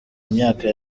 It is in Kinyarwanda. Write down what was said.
myaka